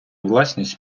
власність